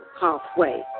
halfway